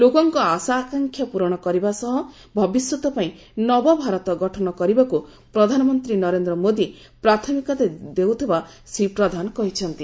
ଲୋକଙ୍କ ଆଶା ଆକାଂକ୍ଷା ପ୍ରରଣ କରିବା ସହ ଭବିଷ୍ୟତ ପାଇଁ ନବଭାରତ ଗଠନ କରିବାକୁ ପ୍ରଧାନମନ୍ତ୍ରୀ ନରେନ୍ଦ୍ର ମୋଦି ପ୍ରାଥମିକତା ଦେଉଥିବା ଶ୍ରୀ ପ୍ରଧାନ କହିଛନ୍ତି